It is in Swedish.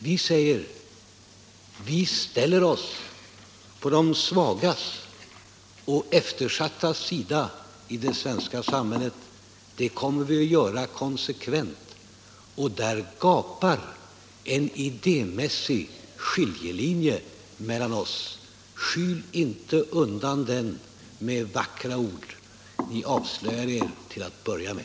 Vi säger: Vi ställer oss på de svagas och eftersattas sida i det svenska samhället. Det kommer vi att göra konsekvent, och där gapar en idémässig skiljelinje mellan oss och er. Skjut inte undan den med vackra ord! Vi avslöjar er till att börja med.